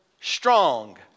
strong